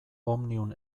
omnium